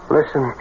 Listen